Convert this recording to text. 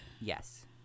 Yes